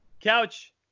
couch